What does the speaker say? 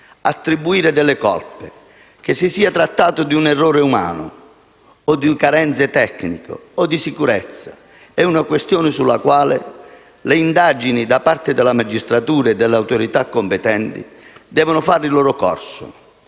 attribuire delle colpe. Che si sia trattato di un errore umano o di carenze tecniche e di sicurezza è una questione sulla quale le indagini da parte della magistratura e delle autorità competenti devono fare il loro corso.